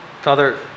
Father